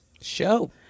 show